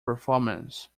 performance